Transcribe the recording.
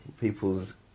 people's